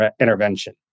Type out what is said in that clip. intervention